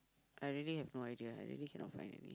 I really have no idea I really cannot find already